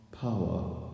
power